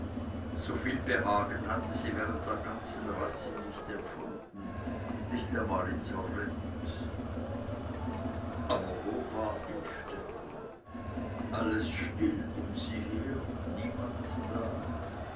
soviel behagen hatte sie während der ganzen reise nicht empfunden nicht einmal in sorrent aber wo war innstetten alles still um sie her niemand da